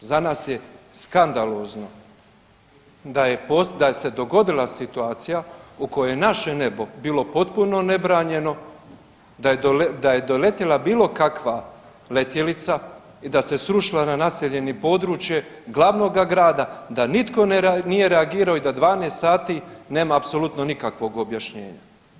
Kako god, za nas je skandalozno da se dogodila situacija u kojoj je naše nebo bilo potpuno nebranjeno, da je doletjela bilo kakva letjelica i da se srušila na naseljeno područje glavnoga grada da nitko nije reagirao i da 12 sati nema apsolutno nikakvog objašnjenja.